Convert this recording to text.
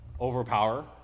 overpower